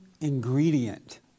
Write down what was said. ingredient